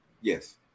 Yes